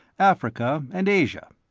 africa, and asia.